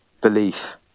belief